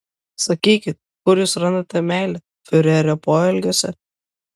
sakykit kur jūs randate meilę fiurerio poelgiuose